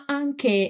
anche